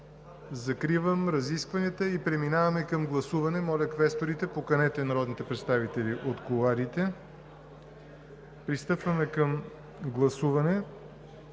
Закривам разискванията и преминаваме към гласуване. Моля, квесторите, поканете народните представители от кулоарите. Пристъпваме към гласуване